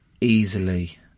easily